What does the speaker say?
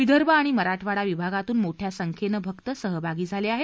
विदर्भ आणि मराठवाडा विभागातून मोठ्या संख्येनं भक्त सहभागी झाले आहेत